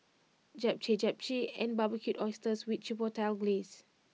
Japchae Japchae and Barbecued Oysters with Chipotle Glaze